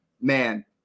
man